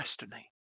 destiny